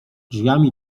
drzwiami